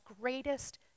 greatest